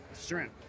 shrimp